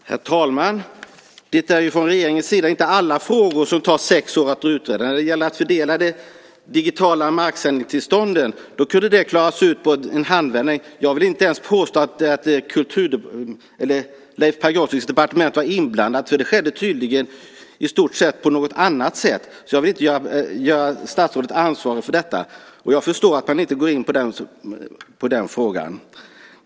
Herr talman! Det är från regeringens sida inte alla frågor som tar sex år att utreda. Att fördela de digitala marksändningstillstånden kunde klaras ut i en handvändning. Jag vill inte ens påstå att Leif Pagrotskys departement var inblandat. Det skedde tydligen i stort sett på något annat sätt. Jag vill inte göra statsrådet ansvarig för detta. Jag förstår att man inte går in på den frågan.